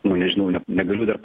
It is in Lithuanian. nu nežinau ne negaliu dar